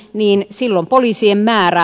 niin sillä poliisien määrä